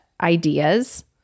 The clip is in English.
ideas